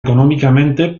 económicamente